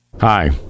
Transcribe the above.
Hi